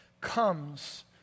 comes